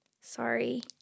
Sorry